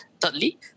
Thirdly